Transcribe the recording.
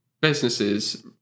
businesses